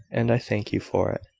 and i thank you for it.